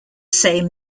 same